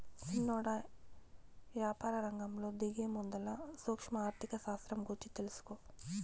సిన్నోడా, యాపారరంగంలో దిగేముందల సూక్ష్మ ఆర్థిక శాస్త్రం గూర్చి తెలుసుకో